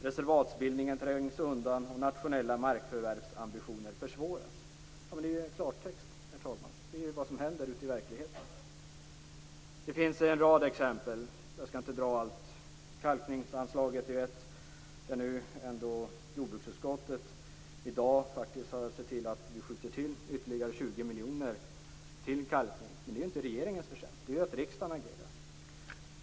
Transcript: Reservatsbildningen trängs undan, och nationella markförvärvsambitioner försvåras. Det är i klartext, herr talman, vad som händer ute i verkligheten. Det finns en rad exempel, men jag skall inte dra allt. Kalkningsanslaget är ett. Där har jordbruksutskottet i dag sett till att vi skjuter till ytterligare 20 miljoner till kalkning. Men det är inte regeringens förtjänst, utan det är riksdagen som agerar.